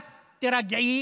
את תירגעי,